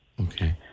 Okay